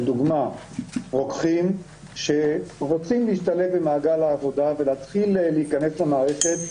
לדוגמה רוקחים שרוצים להשתלב במעגל העבודה ולהתחיל להיכנס למערכת,